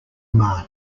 mar